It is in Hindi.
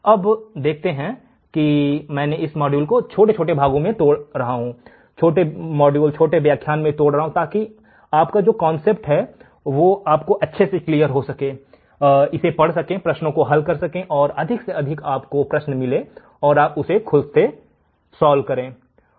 आप देखते हैं कि मैं इस मॉड्यूल को छोटे मॉड्यूल में तोड़ रहा हूं या छोटे मॉड्यूल में व्याख्यान को तोड़ रहा हूं ताकि आप अवधारणा को समझ सकें इसे पढ़ सकें प्रश्नों को हल कर सकें और अधिक प्रश्न आपको मिले और आप उसे खुद से हल कर सके ठीक है